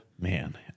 Man